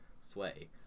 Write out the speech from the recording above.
sway